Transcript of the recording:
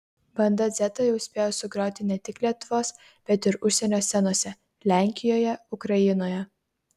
banda dzeta jau spėjo sugroti ne tik lietuvos bet ir užsienio scenose lenkijoje ukrainoje